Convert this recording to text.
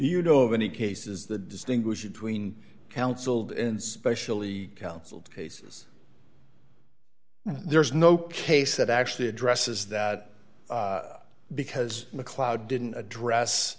you know of any cases the distinguish between counselled and specially counseled cases there is no case that actually addresses that because macleod didn't address